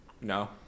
No